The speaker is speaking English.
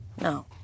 No